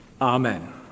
Amen